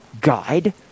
guide